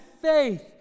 faith